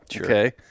okay